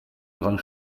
grand